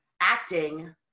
acting